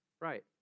right